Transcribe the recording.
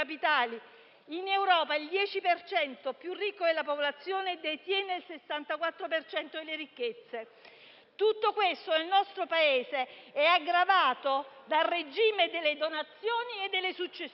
per cento più ricco della popolazione detiene il 64 per cento delle ricchezze. Tutto questo nel nostro Paese è aggravato dal regime delle donazioni e delle successioni.